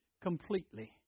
completely